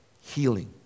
healing